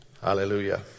Hallelujah